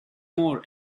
more